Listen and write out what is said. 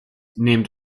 named